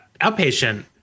outpatient